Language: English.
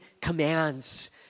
commands